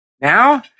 Now